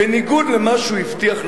בניגוד למה שהוא הבטיח לעם,